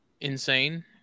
insane